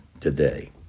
today